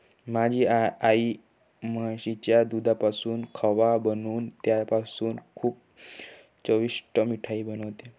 माझी आई म्हशीच्या दुधापासून खवा बनवून त्याच्यापासून खूप चविष्ट मिठाई बनवते